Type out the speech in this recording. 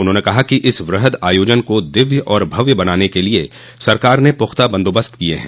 उन्होंने कहा कि इस वृह्द आयोजन को दिव्य और भव्य बनाने के लिए सरकार ने पुख्ता बन्दोबस्त किये हैं